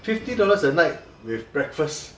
fifty dollars a night with breakfast